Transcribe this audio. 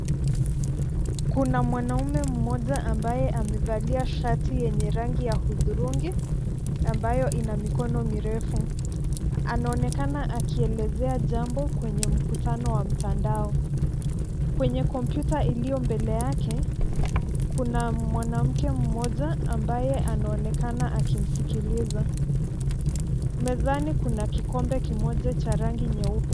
Kuna mwanaume mmoja ambaye amevalia shati ya rangi ya hudhurungi ambayo ina mikono mirefu. Anaonekana akielezea jambo kwenye mkutano wa mtandao. Kwenye kompyyuta iliyo mbale yake kuna mwanamke mmoja ambaye anaonekana akimsikiliza. Mezani kuna kikombe kimoja cha rangi nyeupe.